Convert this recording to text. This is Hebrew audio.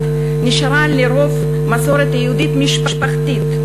נשארה על-פי רוב מסורת יהודית משפחתית,